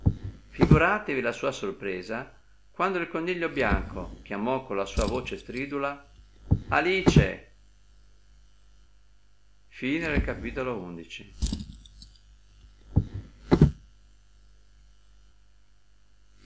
figuratevi la sua sorpresa quando il coniglio bianco chiamò con la sua voce stridula alice capitolo